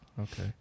okay